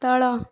ସ୍ଥଳ